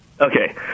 Okay